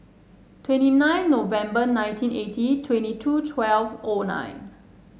twenty nine November nineteen eighty twenty two twelve O nine